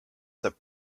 that